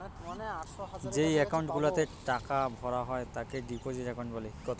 যেই একাউন্ট গুলাতে টাকা ভরা হয় তাকে ডিপোজিট একাউন্ট বলে